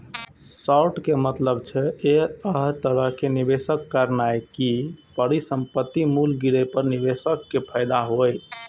short के मतलब छै, अय तरहे निवेश करनाय कि परिसंपत्तिक मूल्य गिरे पर निवेशक कें फायदा होइ